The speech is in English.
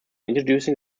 introducing